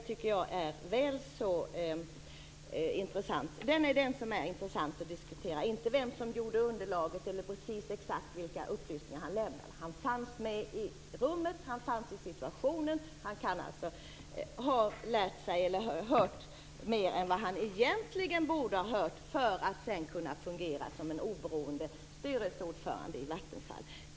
Det är den som är intressant att diskutera, inte vem som gjorde underlaget eller precis exakt vilka upplysningar han lämnade. Han fanns med i rummet. Han kan alltså ha hört mer än vad han egentligen borde ha hört för att kunna fungera som en oberoende styrelseordförande i Vattenfall.